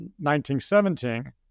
1917